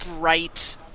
bright